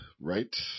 right